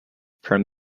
from